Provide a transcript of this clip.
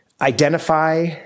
identify